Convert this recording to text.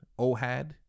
Ohad